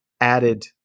added